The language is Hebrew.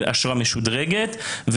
אשרה משודרגת,